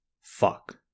Fuck